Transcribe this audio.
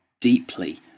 deeply